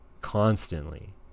constantly